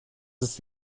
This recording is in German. ist